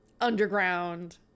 underground